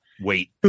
Wait